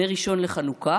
נר ראשון לחנוכה